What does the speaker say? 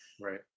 Right